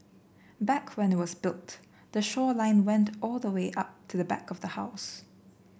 back when it was built the shoreline went all the way up to the back of the house